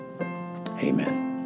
Amen